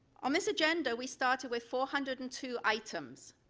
on this agenda we started with four hundred and two items.